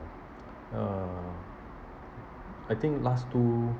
uh I think last two